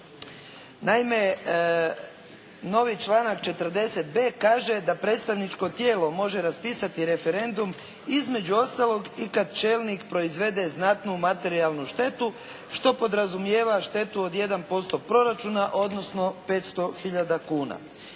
Naime, novi članak 40.b kaže da predstavničko tijelo može raspisati referendum između ostalog i kad čelnik proizvede znatnu materijalnu štetu što podrazumijeva štetu od 1% proračuna odnosno 500 hiljada kuna.